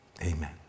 amen